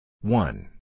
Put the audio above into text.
One